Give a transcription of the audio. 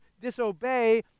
disobey